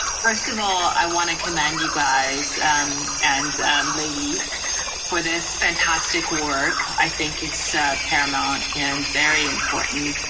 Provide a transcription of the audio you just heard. first of all, i want to commend you guys and ladies for this fantastic work. i think it's a paramount and very important.